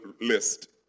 list